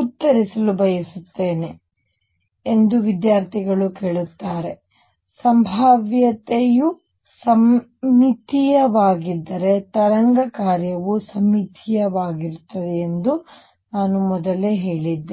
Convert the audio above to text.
ಉತ್ತರಿಸಲು ಬಯಸುತ್ತೇನೆ ಎಂದು ವಿದ್ಯಾರ್ಥಿಗಳು ಕೇಳುತ್ತಾರೆ ಸಂಭಾವ್ಯತೆಯು ಸಮ್ಮಿತೀಯವಾಗಿದ್ದರೆ ತರಂಗ ಕಾರ್ಯವು ಸಮ್ಮಿತೀಯವಾಗಿರುತ್ತದೆ ಎಂದು ನಾನು ಮೊದಲೇ ಹೇಳಿದ್ದೆ